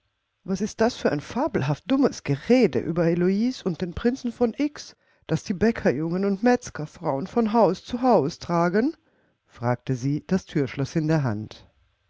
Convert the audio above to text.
was ist das für ein fabelhaft dummes gerede über heloise und den prinzen von x das die bäckerjungen und metzgerfrauen von haus zu haus tragen fragte sie das thürschloß in der hand